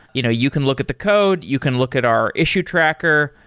you know you can look at the code. you can look at our issue tracker.